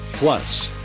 plus.